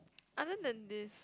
other than this